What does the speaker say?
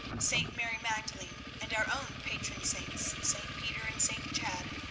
st. mary magdalene, and our own patron saints, st. peter and st. chad,